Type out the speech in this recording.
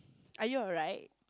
are you alright